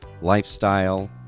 lifestyle